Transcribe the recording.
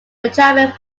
benjamin